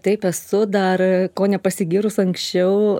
taip esu dar ko nepasigyrus anksčiau